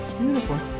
Uniform